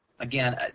Again